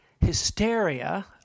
hysteria